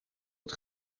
het